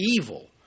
evil